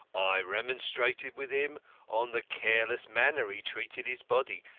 i remonstrated with him on the careless manner he treated his body,